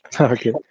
Okay